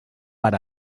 per